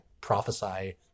prophesy